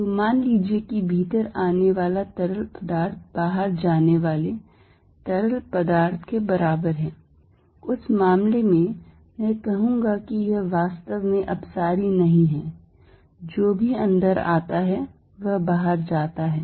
तो मान लीजिए कि भीतर आने वाला तरल पदार्थ बाहर जाने वाले तरल पदार्थ के बराबर है उस मामले में मैं कहूंगा कि यह वास्तव में अपसारी नहीं है जो भी अंदर आता है वह बाहर जाता है